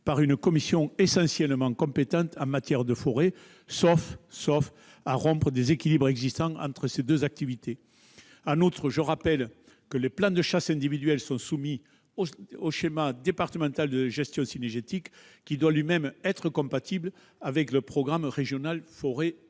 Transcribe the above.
par une commission essentiellement compétente en matière de forêt, sauf à rompre les équilibres existant entre ces deux activités. En outre, les plans de chasse individuels sont aussi soumis, je le rappelle, au schéma départemental de gestion cynégétique, qui doit lui-même être compatible avec le programme régional de la